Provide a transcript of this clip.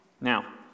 Now